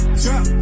trap